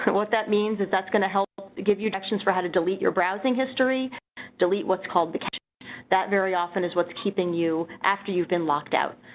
what that means is that's gonna help give you directions for how to delete your browsing history delete what's called the cache that very often is what's keeping you after you've been locked out,